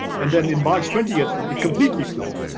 and then in march twentieth, it completely flipped.